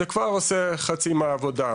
זה כבר עושה חצי מהעבודה,